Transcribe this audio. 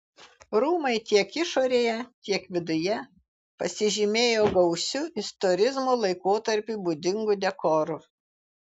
rūmai tiek išorėje tiek viduje pasižymėjo gausiu istorizmo laikotarpiui būdingu dekoru